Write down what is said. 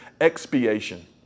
expiation